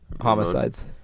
Homicides